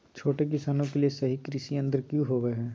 छोटे किसानों के लिए सही कृषि यंत्र कि होवय हैय?